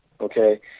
okay